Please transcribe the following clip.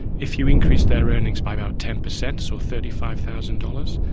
if you increase their earnings by about ten percent, so thirty five thousand dollars,